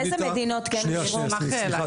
באיזה מדינות כן --- כן,